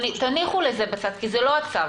תניחו לזה בצד, כי זה לא הצו.